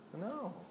No